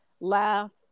laugh